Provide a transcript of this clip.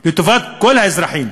לטובת כל האזרחים,